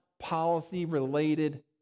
policy-related